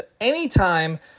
anytime